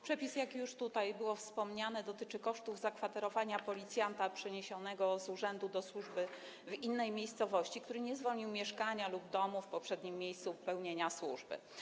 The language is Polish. Przepis, jak już tutaj wspomniano, dotyczy kosztów zakwaterowania policjanta przeniesionego z urzędu do służby w innej miejscowości, który nie zwolnił mieszkania lub domu w poprzednim miejscu pełnienia służby.